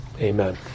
Amen